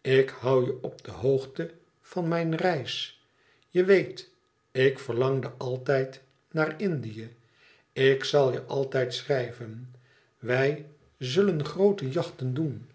ik hou je op de hoogte van mijn reis je weet ik verlangde altijd naar indie ik zal je altijd schrijven wij zullen groote jachten doen